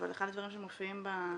אבל אחד הדברים שמופיעים גם